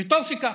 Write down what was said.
וטוב שכך,